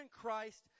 Christ